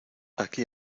aquí